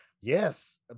Yes